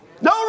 no